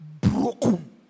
broken